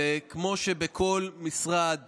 וכמו שבכל משרד